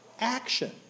action